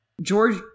George